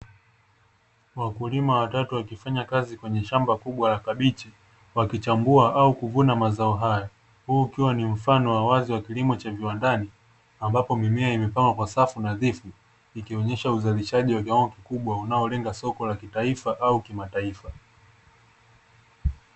Wakulima watatu wakifanya kazi kwenye shamba kubwa la kabichi, wakichambua au kuvuna mazao hayo; huu ukiwa ni mfano wa wazi wa kilimo cha viwandani ambapo mimea imepangwa kwa safu nadhifu ikionyesha uzalishaji wa kiwango kikubwa unaolenga soko la taifa au kimatafa.